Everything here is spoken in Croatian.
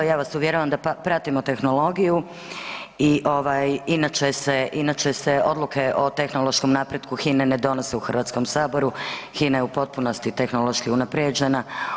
Ja vas uvjeravam da pratimo tehnologiju i inače se odluke o tehnološkom napretku HINA-e ne donose u Hrvatskom saboru, HINA je u potpunosti tehnološki unaprijeđena.